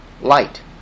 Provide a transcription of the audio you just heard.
Light